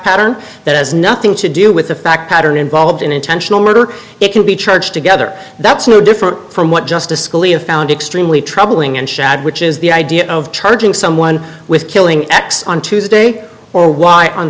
pattern that has nothing to do with the fact that are involved in intentional murder it can be charged together that's no different from what justice scalia found extremely troubling and shad which is the idea of charging someone with killing x on tuesday or y on